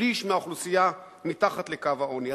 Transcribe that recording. שליש מהאוכלוסייה מתחת לקו העוני.